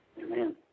Amen